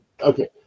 okay